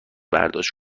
برداشت